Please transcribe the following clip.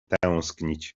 tęsknić